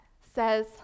says